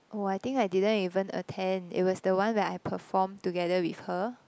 oh I think I didn't even attend it was the one where I performed together with her